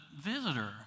visitor